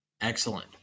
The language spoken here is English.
Excellent